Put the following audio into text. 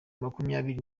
makumyabiri